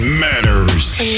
matters